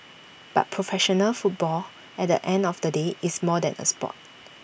but professional football at the end of the day is more than A Sport